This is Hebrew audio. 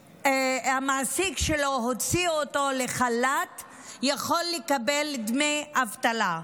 שהמעסיק שלו הוציא אותו לחל"ת יכול לקבל דמי אבטלה.